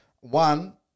one